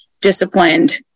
disciplined